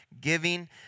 giving